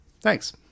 Thanks